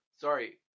Sorry